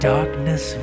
Darkness